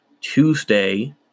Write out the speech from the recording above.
Tuesday